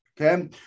Okay